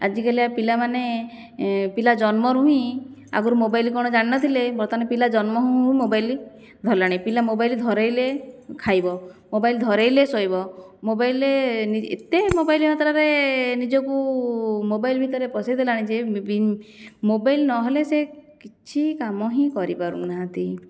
ଆଜିକାଲିଆ ପିଲାମାନେ ପିଲା ଜନ୍ମରୁ ହିଁ ଆଗରୁ ମୋବାଇଲ କ'ଣ ଜାଣିନଥିଲେ ବର୍ତ୍ତମାନ ପିଲା ଜନ୍ମ ହଉ ହଉ ମୋବାଇଲ ଧରିଲାଣି ପିଲା ମୋବାଇଲ ଧରାଇଲେ ଖାଇବ ମୋବାଇଲ ଧରାଇଲେ ଶୋଇବ ମୋବାଇଲ ରେ ଏତେ ମୋବାଇଲ ମାତ୍ରାରେ ନିଜକୁ ମୋବାଇଲ ଭିତରେ ପଶେଇ ଦେଲାଣି ଯେ ମୋବାଇଲ ନହେଲେ ସେ କିଛି କାମ ହିଁ କରିପାରୁନାହାଁନ୍ତି